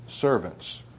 servants